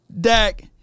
Dak